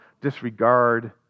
disregard